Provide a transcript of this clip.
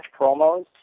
promos